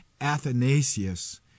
Athanasius